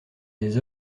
des